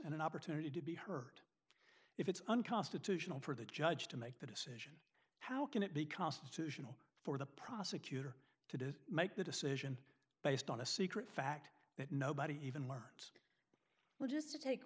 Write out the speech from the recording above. and an opportunity to be heard if it's unconstitutional for the judge to make the decision how can it be constitutional for the prosecutor to make the decision based on a secret fact that nobody even learns well just to take